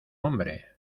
hombre